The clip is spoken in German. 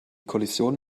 kollision